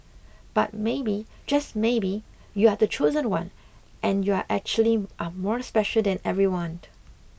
but maybe just maybe you are the chosen one and you are actually are more special than everyone